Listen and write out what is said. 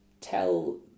tell